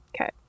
Okay